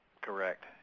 Correct